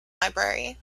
library